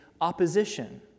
opposition